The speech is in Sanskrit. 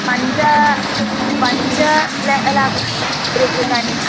पञ्च पञ्च लाख् रूप्यकाणि